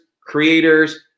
creators